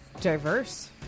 diverse